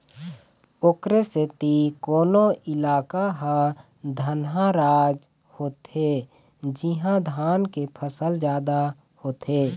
ओखरे सेती कोनो इलाका ह धनहा राज होथे जिहाँ धान के फसल जादा होथे